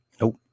Nope